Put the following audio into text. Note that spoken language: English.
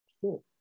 Cool